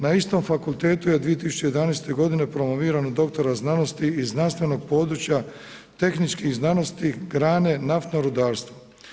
Na istom fakultetu je 2011.g. promoviran u doktora znanosti iz znanstvenog područja tehničke znanosti grane naftnog rudarstvo.